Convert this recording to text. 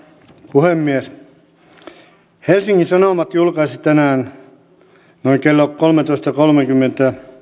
puhemies helsingin sanomat julkaisi tänään noin kello kolmetoista kolmenkymmenen